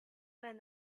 and